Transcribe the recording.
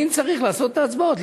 ואם צריך לעשות את ההצבעות,